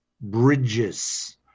bridges